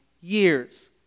years